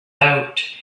out